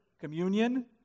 communion